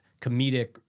comedic